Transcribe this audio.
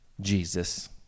Jesus